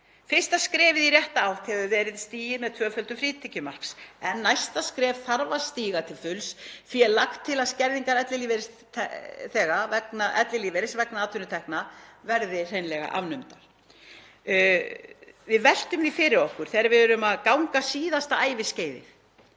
Fyrsta skrefið í rétta átt hefur verið stigið með tvöföldun frítekjumarksins. Næsta skref þarf að stíga til fulls. Því er lagt til að skerðingar ellilífeyris vegna atvinnutekna verði afnumdar.“ Við veltum því fyrir okkur þegar við erum að ganga síðasta æviskeiðið,